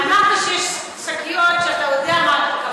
אמרת שיש שקיות שאתה יודע מה אתה מקבל.